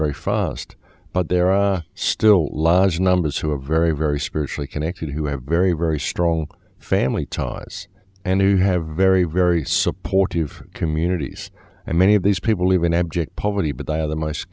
very fast but there are still large numbers who are very very spiritually connected who have very very strong family ties and who have very very supportive communities and many of these people live in abject poverty but they are the most